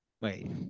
Wait